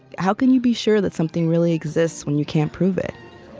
how can you be sure that something really exists when you can't prove it?